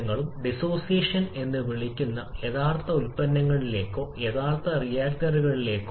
അതിനാൽ ഇതിന്റെ ഫലമാണിത് താപനിലയോടുകൂടിയ പ്രത്യേക താപത്തിലെ വ്യത്യാസം